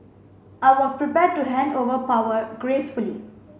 I was prepared to hand over power gracefully